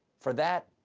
for that,